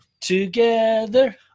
together